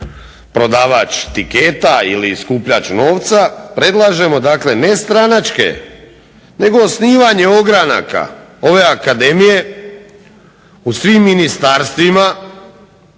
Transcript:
prodavač tiketa ili skupljač novca, predlažemo dakle ne stranačke nego osnivanje ogranaka ove akademije u svim ministarstvima,